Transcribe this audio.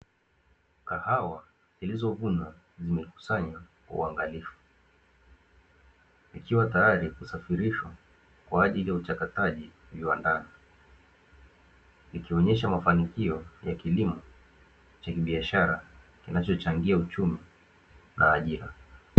Kahawa zilizovunwa zimekusanywa kwa uangalifu, ikiwa tayari kusafirishwa kwa ajili ya uchakataji viwandani. Ikionyesha mafanikio ya kilimo cha biashara kinachochangia uchumi na ajira.